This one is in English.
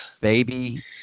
Baby